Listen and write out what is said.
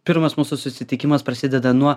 pirmas mūsų susitikimas prasideda nuo